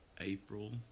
April